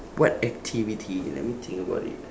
what activity let me think about it